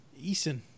Eason